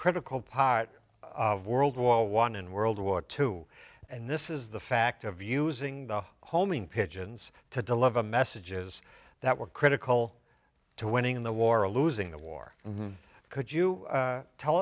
critical part of world war one and world war two and this is the fact of using homing pigeons to deliver messages that were critical to winning the war or losing the war and could you tell